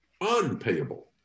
unpayable